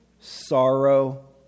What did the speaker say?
sorrow